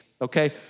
Okay